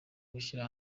gushyira